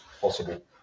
possible